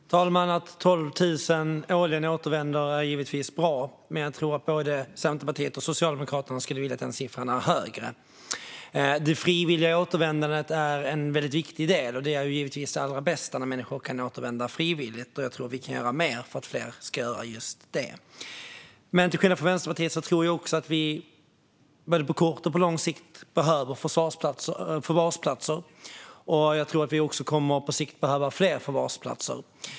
Fru talman! Att 12 000 årligen återvänder är givetvis bra. Men jag tror att både Centerpartiet och Socialdemokraterna skulle vilja att siffran var högre. Det frivilliga återvändandet är en väldigt viktig del, och det är givetvis allra bäst när människor kan återvända frivilligt. Jag tror att vi kan göra mer för att fler ska göra just det. Men till skillnad från Vänsterpartiet tror jag att vi på kort och lång sikt behöver förvarsplatser. Jag tror också att vi på sikt kommer att behöva fler förvarsplatser.